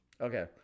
Okay